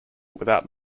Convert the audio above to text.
without